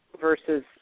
versus